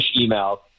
email